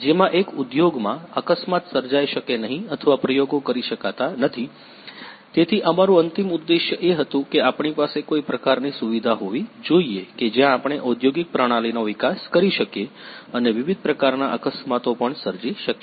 જેમ કે ઉદ્યોગમાં અકસ્માત સર્જાઇ શકે નહીં અથવા પ્રયોગો કરી શકાતા નથી તેથી અમારું અંતિમ ઉદ્દેશ એ હતું કે આપણી પાસે કોઈ પ્રકારની સુવિધા હોવી જોઈએ કે જ્યાં આપણે ઔદ્યોગિક પ્રણાલીનો વિકાસ કરી શકીએ અને વિવિધ પ્રકારના અકસ્માતો પણ સર્જી શકીએ